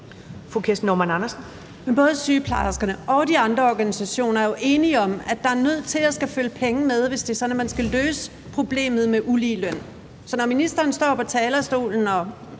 Både sygeplejerskerne og de andre organisationer er jo enige om, at der er nødt til at følge penge med, hvis det er sådan, man skal løse problemet med ulige løn. Så når ministeren står på talerstolen og